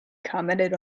commented